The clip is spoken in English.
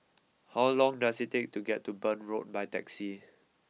how long does it take to get to Burn Road by taxi